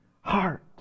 heart